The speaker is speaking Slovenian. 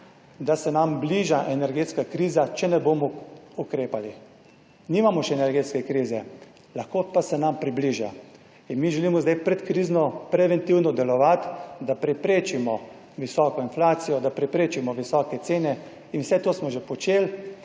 da se nam bliža energetska kriza, če ne bomo ukrepali. Nimamo še energetske krize, lahko pa se nam približa in mi želimo zdaj pred krizno preventivno delovati, da preprečimo visoko inflacijo, da preprečimo visoke cene in vse to smo že počeli.